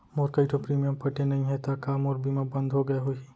मोर कई ठो प्रीमियम पटे नई हे ता का मोर बीमा बंद हो गए होही?